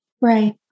right